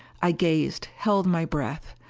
i gazed, held my breath.